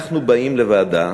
אנחנו באים לוועדה,